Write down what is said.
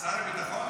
שר הביטחון?